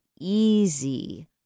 easy